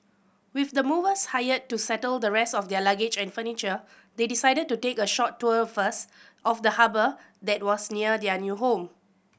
with the movers hired to settle the rest of their luggage and furniture they decided to take a short tour first of the harbour that was near their new home